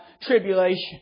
tribulation